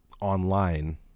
online